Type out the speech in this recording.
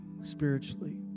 Spiritually